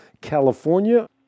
California